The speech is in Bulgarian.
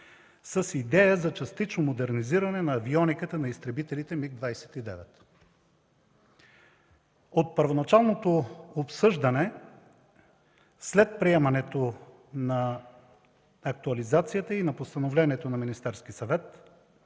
с идея за частично модернизиране на авиониката на изтребителите МиГ 29. От първоначалното обсъждане, след приемането на актуализацията и на постановлението на Министерския съвет,